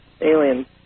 aliens